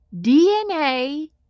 DNA